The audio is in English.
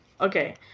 okay